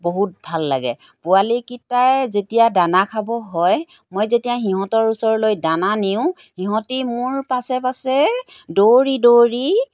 বহুত ভাল লাগে পোৱালিকেইটাই যেতিয়া দানা খাব হয় মই যেতিয়া সিহঁতৰ ওচৰলৈ দানা নিওঁ সিহঁতি মোৰ পাছে পাছে দৌৰি দৌৰি